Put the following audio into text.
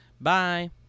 Bye